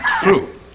True